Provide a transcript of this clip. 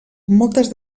moltes